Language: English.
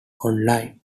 online